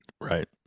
Right